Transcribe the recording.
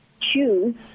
choose